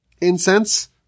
Incense